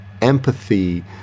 empathy